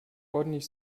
ordentlich